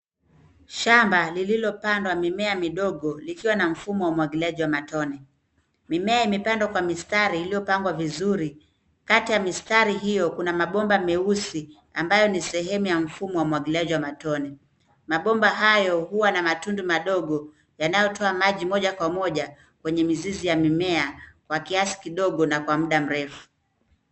Shamba lililopandwa mimea midigo likiwa na mfumo wa umwagiliaji wa matone. Mimea imepandwa kwa mistari iliyopangwa vizuri. Kati ya mistari hio, kuna mabomba meusi ambayo ni sehemu ya mfumo ya umwagiliaji wa matone. Mabomba hayo huwa na matundu madogo yanayotoa maji moja kwa moja kwenye mizizi ya mimea kwa kiasi kidogo na kwa muda mrefu.